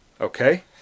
Okay